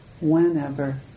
whenever